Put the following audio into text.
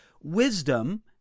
wisdom